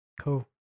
Cool